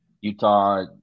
Utah